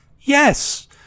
yes